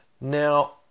Now